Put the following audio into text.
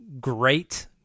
great